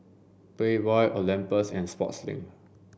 Playboy Olympus and Sportslink